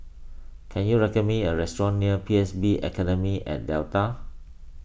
can you recommend me a restaurant near P S B Academy at Delta